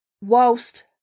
whilst